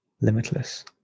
limitless